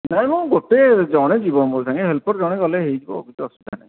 ନାଇଁ ମ ଗୋଟେ ଜଣେ ଯିବ ମୋ ସାଙ୍ଗେ ହେଲ୍ପର୍ ଜଣେ ଗଲେ ହୋଇଯିବ କିଛି ଅସୁବିଧା ନାହିଁ